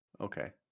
Okay